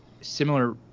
Similar